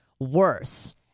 worse